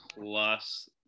plus